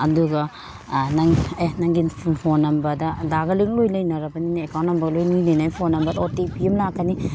ꯑꯗꯨꯒ ꯅꯪ ꯑꯦ ꯅꯪꯒꯤ ꯐꯣꯟ ꯅꯝꯕꯔꯗ ꯑꯗꯥꯔꯒ ꯂꯤꯡ ꯂꯣꯏ ꯂꯩꯅꯔꯕꯅꯤꯅ ꯑꯦꯀꯥꯎꯟ ꯅꯝꯕꯔ ꯂꯣꯏ ꯂꯤꯡ ꯂꯤꯡꯅꯩ ꯑꯣ ꯇꯤ ꯄꯤ ꯑꯃ ꯂꯥꯛꯀꯅꯤ